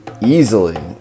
Easily